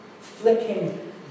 Flicking